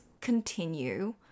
continue